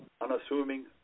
unassuming